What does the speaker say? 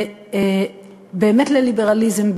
באמת לליברליזם,